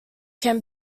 can